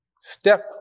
Step